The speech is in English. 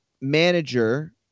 manager